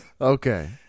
Okay